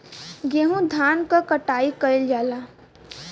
गेंहू धान क कटाई कइल जाला